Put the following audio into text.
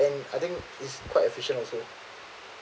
and I think it's quite efficient also